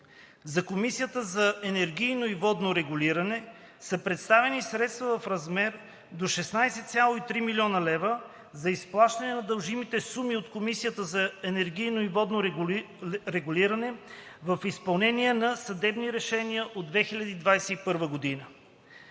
За Комисията за енергийно и водно регулиране са предвидени средства в размер до 16,3 млн. лв. за изплащане на дължимите суми от Комисията за енергийно и водно регулиране в изпълнение на съдебни решения от 2021 г.